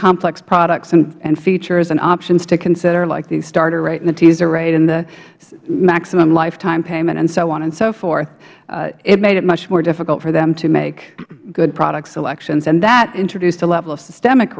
complex products and features and options to consider like the starter rate and the teaser rate and the maximum lifetime payment and so on and so forth it made it much more difficult for them to make good product selections and that introduced a level of systemic